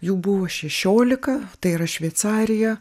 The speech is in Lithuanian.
jų buvo šešiolika tai yra šveicarija